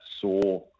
saw